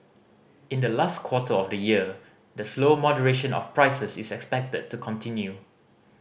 in the last quarter of the year the slow moderation of prices is expected to continue